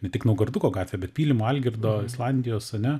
ne tik naugarduko gatvėj bet pylimo algirdo islandijos ane